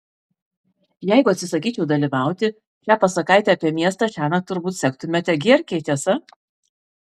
jeigu atsisakyčiau dalyvauti šią pasakaitę apie miestą šiąnakt turbūt sektumėte gierkei tiesa